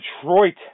Detroit